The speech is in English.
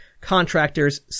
contractors